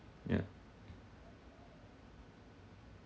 yeah